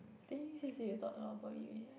think seriously we talk a lot about you already eh